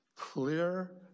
clear